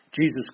Jesus